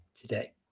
today